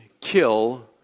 kill